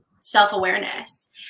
self-awareness